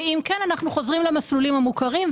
ואם כן אנחנו חוזרים למסלולים המוכרים,